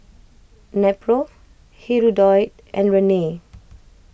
Nepro Hirudoid and Rene